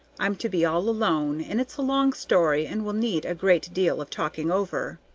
i'm to be all alone, and it's a long story and will need a great deal of talking over.